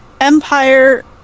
empire